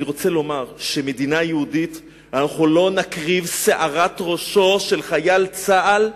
אני רוצה לומר שבמדינה יהודית לא נקריב שערת ראשו של חייל צה"ל,